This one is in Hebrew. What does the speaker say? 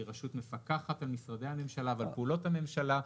היא רשות מפקחת על משרדי הממשלה ועל פעולות הממשלה.